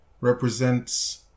represents